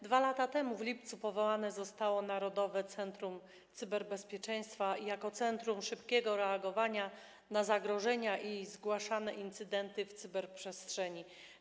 2 lata temu w lipcu zostało powołane Narodowe Centrum Cyberbezpieczeństwa jako centrum szybkiego reagowania na zagrożenia i zgłaszane incydenty w cyberprzestrzeni.